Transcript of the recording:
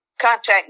Contact